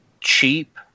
cheap